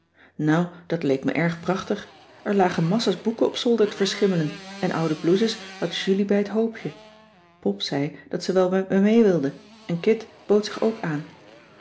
nou dat leek me erg prachtig er lagen massa's boeken op zolder te verschimmelen en oude blouses had julie bij t hoopje pop zei dat ze wel met me mee wilde en kit bood zich ook aan